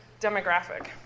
demographic